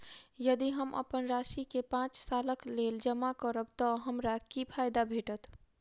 यदि हम अप्पन राशि केँ पांच सालक लेल जमा करब तऽ हमरा की फायदा भेटत?